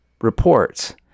reports